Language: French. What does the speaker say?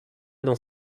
dans